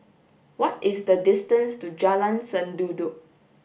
what is the distance to Jalan Sendudok